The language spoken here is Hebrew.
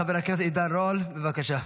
חבר הכנסת עידן רול, בבקשה.